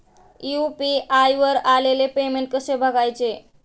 UPI वर आलेले payment कसे बघायचे?